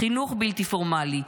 חינוך בלתי פורמלי,